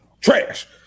Trash